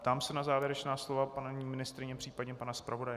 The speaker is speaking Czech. Ptám se na závěrečná slova paní ministryně, případně pana zpravodaje.